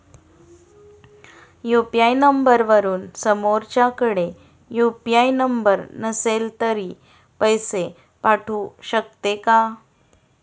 UPI नंबरवरून समोरच्याकडे UPI number नसेल तरी पैसे पाठवू शकते का?